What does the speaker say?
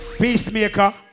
peacemaker